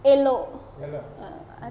elok